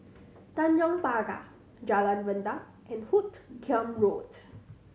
Tanjong Pagar Jalan Rendang and Hoot Kiam Road